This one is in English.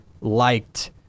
liked